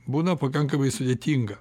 būna pakankamai sudėtinga